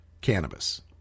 cannabis